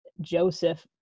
Joseph